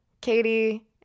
Katie